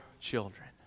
children